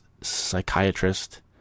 psychiatrist